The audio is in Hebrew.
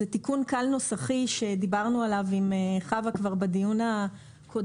זה תיקון קל נוסחי שדיברנו עליו עם חוה כבר בדיון הקודם,